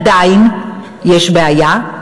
עדיין יש בעיה,